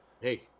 Hey